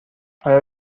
آیا